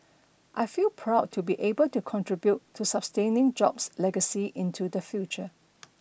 I feel proud to be able to contribute to sustaining Jobs' legacy into the future